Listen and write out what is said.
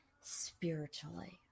spiritually